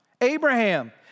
Abraham